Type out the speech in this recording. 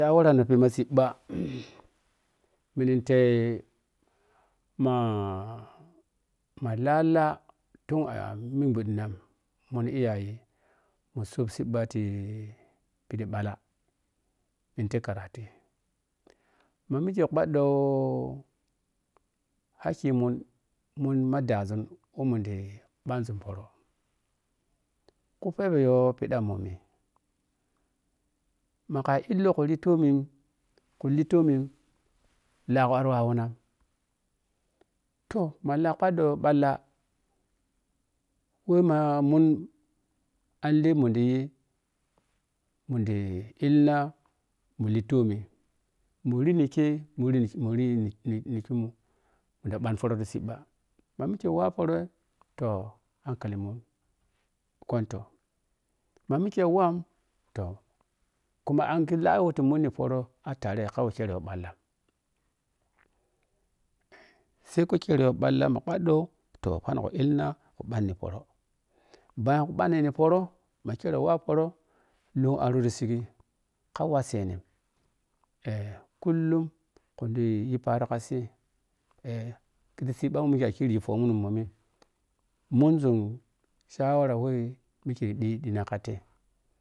Shawara phima siiɓa phillinte mama la laa tun a minɓhudina mun iyaye mu saap siiɓa ti phiɗi ɓhalla minte karata ma mike pua ɗɗo hakimun mun ma daazun wo mun ɗi ɓhanzun pooro ku pheɓe yo phida ommi makai llora ki toom ku litoom laagho ari wawanay toh ma laa phaɗɗo phalla we mamun an lemunɗi y munɗi illina mulitoom murinike mererininisunta ɓhan foro ti siiba ma mike wa poro toh hakali mun kwantoh ma mike watoh hakali mun kwantoh ma mike wat oh kuma anghe laa we fa mun ni pooro a tare ka we kere yo ɓhalla saiko kere yo ɓhalla ma ɓhaɗɗo toh phanang ka illina kun phanni pooro bayan ku ɓhaneni ppooro makere wa pooro luna roti sigh ka washeni eh kullum kunɗi yi paaro ka sii eh kizii siiɓa woa kirigi fomun mommin munzun shawara wet mike ɗi ɗina ka tei.